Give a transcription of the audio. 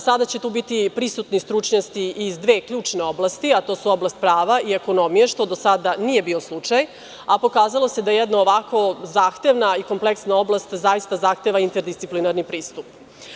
Sada će tu biti prisutni stručnjaci iz dve ključne oblasti, a to su oblasti prava i ekonomije, što do sada nije bio slučaj, a pokazalo se da jedna ovako zahtevna i kompleksna oblast zaista zahteva interdisciplinarni pristup.